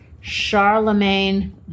Charlemagne